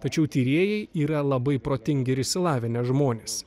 tačiau tyrėjai yra labai protingi ir išsilavinę žmonės